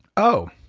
oh,